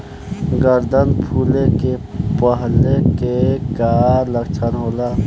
गर्दन फुले के पहिले के का लक्षण होला?